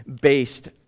based